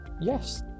yes